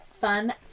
fun